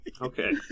Okay